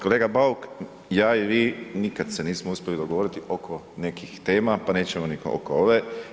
Kolega Bauk, ja i vi nikad se nismo uspjeli dogovoriti oko nekih tema pa nećemo ni oko ove.